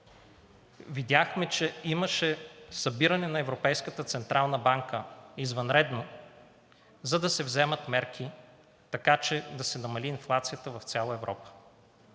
Видяхме, че имаше извънредно събиране на Европейската централна банка, за да се вземат мерки, така че да се намали инфлацията в цяла Европа.